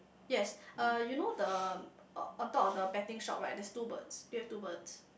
yes uh you know the uh on top of the betting shop right there's two birds do you have two birds